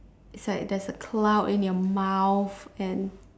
it's like there's a cloud in your mouth and